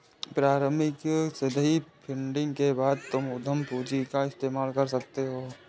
प्रारम्भिक seed funding के बाद तुम उद्यम पूंजी का इस्तेमाल कर सकते हो